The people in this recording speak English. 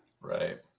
right